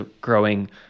growing